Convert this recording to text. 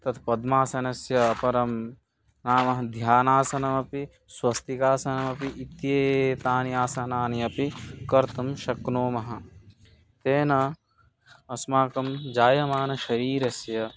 तद् पद्मासनस्य परं नाम ध्यानासनमपि स्वस्तिकासनमपि इत्येतानि आसनान्यपि कर्तुं शक्नुमः तेन अस्माकं जायमानस्य शरीरस्य